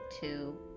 two